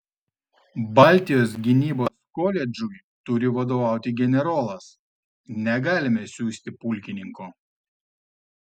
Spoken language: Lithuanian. baltijos gynybos koledžui turi vadovauti generolas negalime siųsti pulkininko